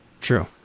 True